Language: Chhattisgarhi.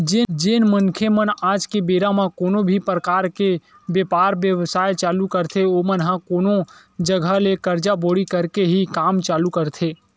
जेन मनखे मन आज के बेरा म कोनो भी परकार के बेपार बेवसाय चालू करथे ओमन ह कोनो जघा ले करजा बोड़ी करके ही काम चालू करथे